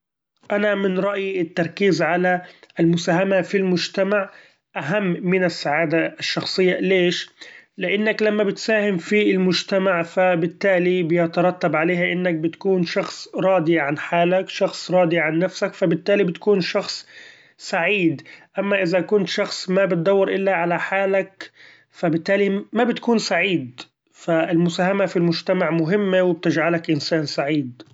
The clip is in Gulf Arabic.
أنا من رأيي التركيز على المساهمة في المچتمع اهم من السعادة الشخصية ليش؟ لإنك لما بتساهم في المچتمع ف بالتالي بيترتب عليها إنك بتكون شخص راضي عن حالك شخص راضي عن نفسك ، ف بالتالي بتكون شخص سعيد ، اما إذا كنت شخص ما بتدور الا على حالك فبالتالي مابتكون سعيد، ف المساهمة في المچتمع مهمة وتچعلك إنسإن سعيد.